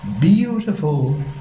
beautiful